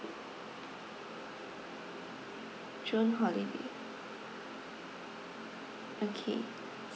june holiday okay